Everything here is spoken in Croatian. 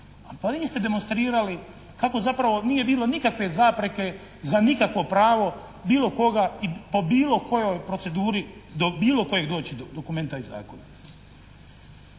Pa vi ste demonstrirali kako zapravo nije bilo nikakve zapreke za nikakvo pravo bilo koga i po bilo kojoj proceduri do bilo kojeg doći dokumenta i zakona.